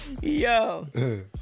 Yo